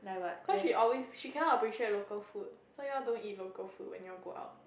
cause she always she cannot appreciate local food so you all don't eat local food when you all go out